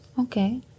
Okay